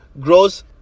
grows